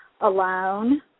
alone